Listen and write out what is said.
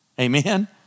Amen